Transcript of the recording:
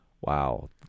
Wow